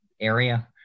area